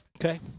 Okay